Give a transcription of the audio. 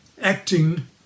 acting